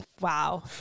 Wow